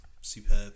superb